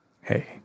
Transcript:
Hey